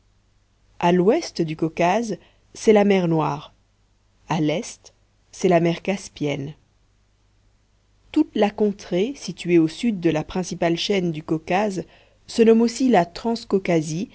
a l'ouest du caucase c'est la mer noire à l'est c'est la mer caspienne toute la contrée située au sud de la principale chaîne du caucase se nomme aussi la